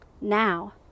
now